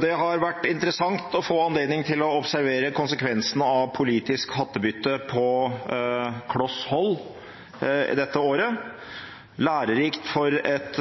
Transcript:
Det har vært interessant å få anledning til å observere konsekvensene av politisk hattebytte på kloss hold dette året. Det har vært lærerikt for et